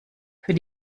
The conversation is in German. für